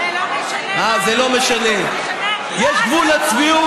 זה לא משנה מה הם אמרו לך,